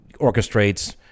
orchestrates